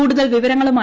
കൂടുതൽ വിവരങ്ങളുമായി